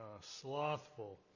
slothful